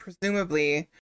presumably